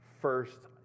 first